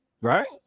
right